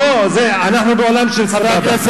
בוא, אנחנו בעולם של סבבה.